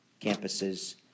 campuses